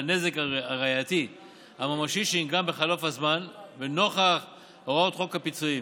הנזק הראייתי הממשי שנגרם בחלוף הזמן ונוכח הוראות חוק הפיצויים.